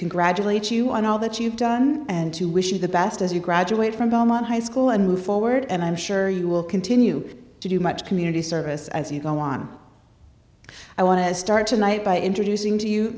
congratulate you on all that you've done and to wish you the best as you graduate from belmont high school and move forward and i'm sure you will continue to do much community service as you go on i want to start tonight by introducing to you